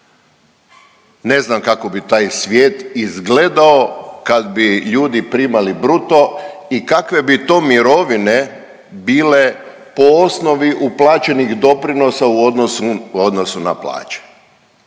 Ne znam kako bi taj svijet izgledao kad bi ljudi primali bruto i kakve bi to mirovine bile po osnovi uplaćenih doprinosa u odnosu na plaće.